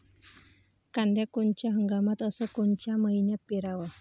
कांद्या कोनच्या हंगामात अस कोनच्या मईन्यात पेरावं?